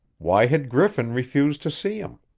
why had griffin refused to see him?